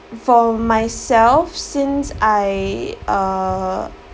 for myself since I uh